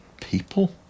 people